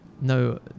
no